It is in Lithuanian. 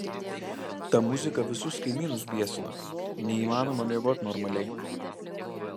ta muzika visus kaimynus biesina neįmanoma miegot normaliai